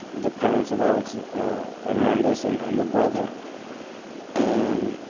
the parents of alex hernandez and and the brother and